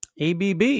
ABB